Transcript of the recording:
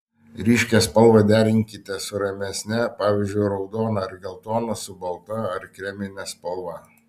ryškią spalvą derinkite su ramesne pavyzdžiui raudoną ar geltoną su balta ar kremine spalva